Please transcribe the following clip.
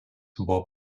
buvo